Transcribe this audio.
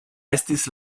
estis